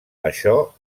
això